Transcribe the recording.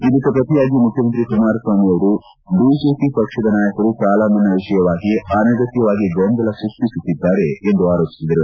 ಇದಕ್ಕೆ ಪ್ರತಿಯಾಗಿ ಮುಖ್ಯಮಂತ್ರಿ ಕುಮಾರಸ್ವಾಮಿ ಅವರು ಬಿಜೆಪಿ ಪಕ್ಷದ ನಾಯಕರು ಸಾಲ ಮನ್ನಾ ವಿಷಯವಾಗಿ ಅನಗತ್ಯವಾಗಿ ಗೊಂದಲ ಸೃಷ್ಟಿಮಾಡುತ್ತಿದ್ದಾರೆ ಎಂದು ಆರೋಪಿಸಿದರು